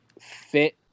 fit